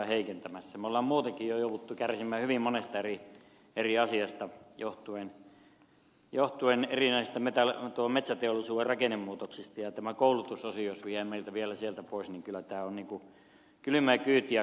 me olemme muutenkin jo joutuneet kärsimään hyvin monesta eri asiasta johtuen erinäisistä metsäteollisuuden rakennemuutoksista ja jos tämä koulutusosio jää vielä meiltä sieltä pois niin kyllä tämä on kylymää kyytiä kainuulle